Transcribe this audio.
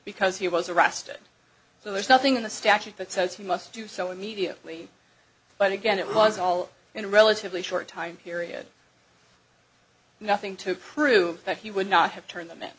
because he was arrested so there's nothing in the statute that says he must do so immediately but again it was all in a relatively short time period nothing to prove that he would not have turned them in